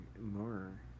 more